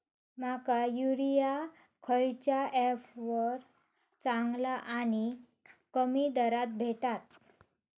माका युरिया खयच्या ऍपवर चांगला आणि कमी दरात भेटात?